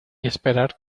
esperar